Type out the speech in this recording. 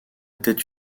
était